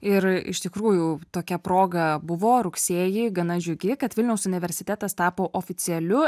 ir iš tikrųjų tokia proga buvo rugsėjį gana džiugi kad vilniaus universitetas tapo oficialiu